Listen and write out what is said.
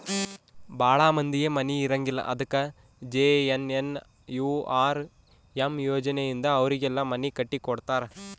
ಭಾಳ ಮಂದಿಗೆ ಮನೆ ಇರಂಗಿಲ್ಲ ಅದಕ ಜೆ.ಎನ್.ಎನ್.ಯು.ಆರ್.ಎಮ್ ಯೋಜನೆ ಇಂದ ಅವರಿಗೆಲ್ಲ ಮನೆ ಕಟ್ಟಿ ಕೊಡ್ತಾರ